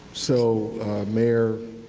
so mayor,